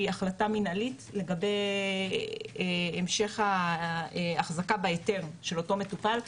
החלטה מנהלית לגבי המשך האחזקה בהיתר של אותו מטופל.